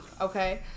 Okay